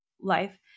life